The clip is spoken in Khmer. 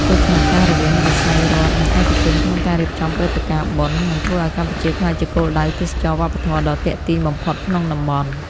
កិច្ចសហការរវាងវិស័យរដ្ឋ និងឯកជនក្នុងការរៀបចំព្រឹត្តិការណ៍បុណ្យ នឹងធ្វើឱ្យកម្ពុជាក្លាយជាគោលដៅទេសចរណ៍វប្បធម៌ដ៏ទាក់ទាញបំផុតក្នុងតំបន់។